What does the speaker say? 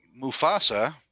Mufasa